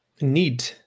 Need